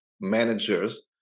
managers